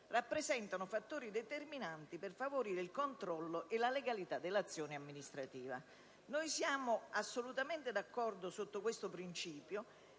rappresentano fattori determinanti per favorire il controllo e la legalità dell'azione amministrativa». Noi siamo assolutamente d'accordo su questo principio